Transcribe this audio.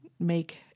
make